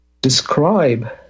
describe